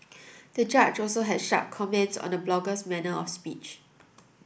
the judge also had sharp comments on the blogger's manner of speech